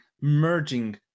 merging